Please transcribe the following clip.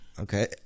okay